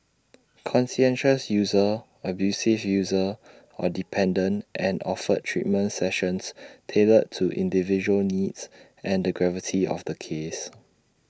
conscientious user abusive user or dependent and offered treatment sessions tailored to individual needs and the gravity of the case